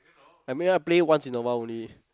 I mean I play once in a while only